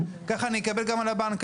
כך אני אקבל גם על הבנק.